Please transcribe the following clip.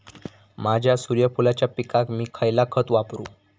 माझ्या सूर्यफुलाच्या पिकाक मी खयला खत वापरू?